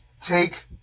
take